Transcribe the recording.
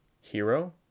Hero